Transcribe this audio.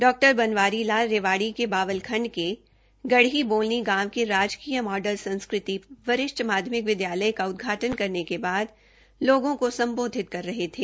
डॉ बनवारी लाल रेवाड़ी के बावल खण्ड के गढ़ी बोलनी गांव के राजकीय मॉडल संस्कृति वरिष्ठ माध्यमिक विद्यालय का उद्घाटन करने के उपरांत लोगों को संबोधित कर रहे थे